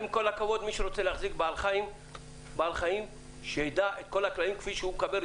מי שרוצה להחזיק בעל חיים צריך להיות מודע לכל הכללים המחייבים,